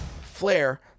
Flair